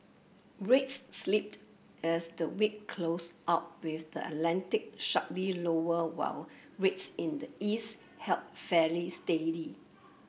rates slipped as the week closed out with the Atlantic sharply lower while rates in the east held fairly steady